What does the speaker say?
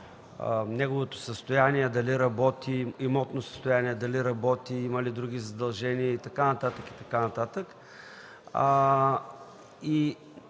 неговото имотно състояние, дали работи, има ли други задължения и така нататък,